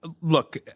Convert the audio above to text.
Look